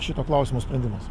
šito klausimo sprendimas